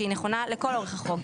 שהיא נכונה לכל אורך החוק.